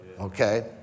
Okay